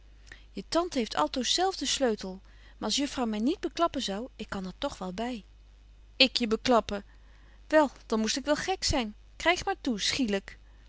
je tante heeft altoos zelf den sleutel maar als juffrouw my niet beklappen zou ik kan er toch wel by ik je beklappen wel dan moest ik wel gek zyn kryg maar